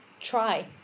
try